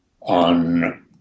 on